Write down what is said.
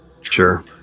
sure